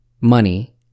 money